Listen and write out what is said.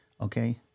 okay